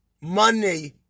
money